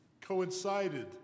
coincided